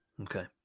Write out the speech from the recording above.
Okay